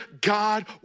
God